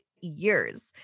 years